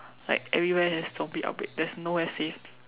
like everywhere have zombie outbreak there's nowhere safe